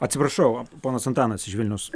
atsiprašau ponas antanas iš vilniaus